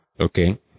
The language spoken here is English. Okay